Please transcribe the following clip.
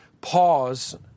pause